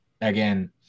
again